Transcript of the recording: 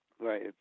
Right